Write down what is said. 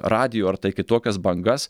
radijo ar kitokias bangas